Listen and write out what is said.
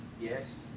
Yes